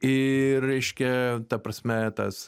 ir reiškia ta prasme tas